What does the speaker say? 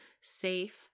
safe